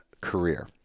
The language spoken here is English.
career